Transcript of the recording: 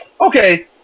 Okay